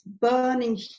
burning